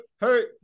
hey